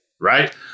right